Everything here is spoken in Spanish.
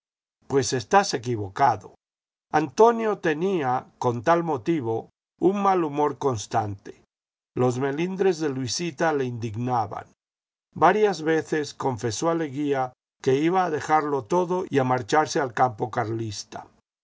pues estás equivocado antonio tenía con tal motivo un malhumor constante los mehndres de luisita le indignaban varias veces confesó a leguía que iba a dejarlo todo y a marcharse al campo carlista